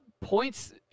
points